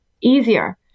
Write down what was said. easier